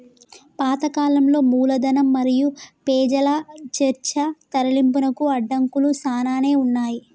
పాత కాలంలో మూలధనం మరియు పెజల చర్చ తరలింపునకు అడంకులు సానానే ఉన్నాయి